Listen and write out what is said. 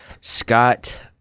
Scott